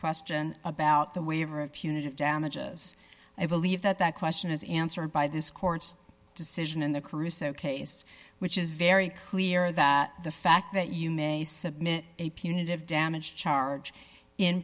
question about the waiver of punitive damages i believe that that question is answered by this court's decision in the caruso case which is very clear that the fact that you may submit a punitive damage charge in